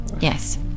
Yes